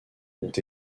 ont